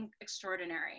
extraordinary